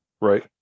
right